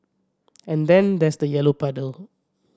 and then there's the yellow puddle